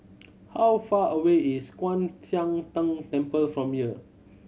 how far away is Kwan Siang Tng Temple from here